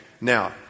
Now